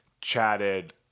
chatted